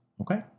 okay